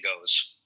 Goes